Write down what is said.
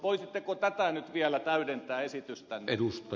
voisitteko tällä nyt vielä täydentää esitystänne